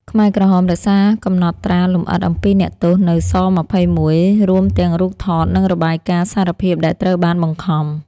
ខ្មែរក្រហមរក្សាកំណត់ត្រាលម្អិតអំពីអ្នកទោសនៅ ស-២១ រួមទាំងរូបថត និងរបាយការណ៍សារភាពដែលត្រូវបានបង្ខំ។